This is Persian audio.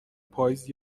پاییز